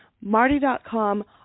Marty.com